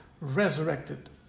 resurrected